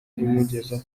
imugeza